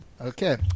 Okay